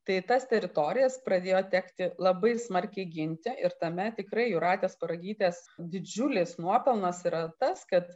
tai tas teritorijas pradėjo tekti labai smarkiai ginti ir tame tikrai jūratės paragytės didžiulis nuopelnas yra tas kad